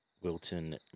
Wilton